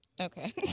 okay